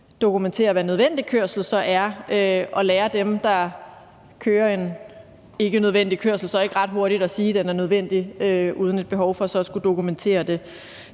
dokumentere, hvad nødvendig kørsel så er; og lærer dem, der kører ikkenødvendig kørsel, så ikke ret hurtigt at sige, at den er nødvendig, når der ikke er et krav om så at skulle dokumentere det?